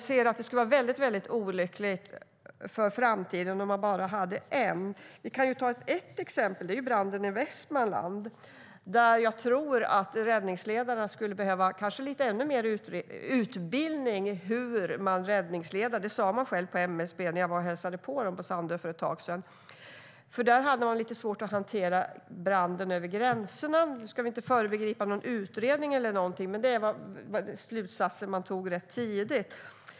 Det skulle vara väldigt olyckligt för framtiden om man bara skulle ha en. Vi kan ta ett exempel: branden i Västmanland. Där tror jag att räddningsledarna skulle ha behövt ännu lite mer utbildning i hur man räddningsleder. Det sa MSB själva när jag hälsade på dem på Sandö för ett tag sedan. I Västmanland hade de svårt att hantera branden över gränserna. Nu ska vi inte föregripa någon utredning, men den slutsatsen togs ganska tidigt.